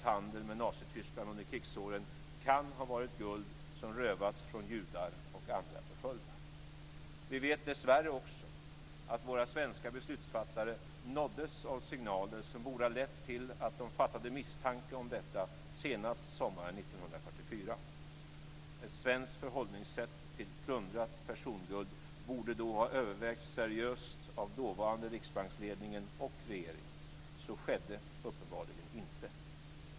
Ett svenskt förhållningssätt till plundrat personguld borde då ha övervägts seriöst av dåvarande riksbanksledningen och regeringen.